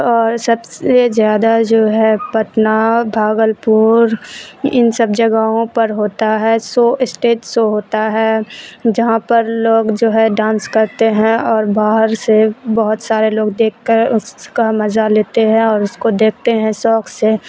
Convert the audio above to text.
اور سب سے زیادہ جو ہے پٹنہ بھاگلپور ان سب جگہوں پر ہوتا ہے شو اسٹیج شو ہوتا ہے جہاں پر لوگ جو ہے ڈانس کرتے ہیں اور باہر سے بہت سارے لوگ دیکھ کر اس کا مزا لیتے ہیں اور اس کو دیکھتے ہیں شوق سے